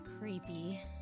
Creepy